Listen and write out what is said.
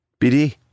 BD